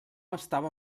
estava